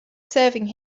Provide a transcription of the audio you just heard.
serving